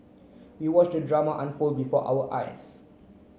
we watched the drama unfold before our eyes